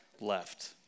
left